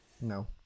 No